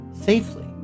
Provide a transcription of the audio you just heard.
safely